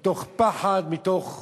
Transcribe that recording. מתוך פחד, מתוך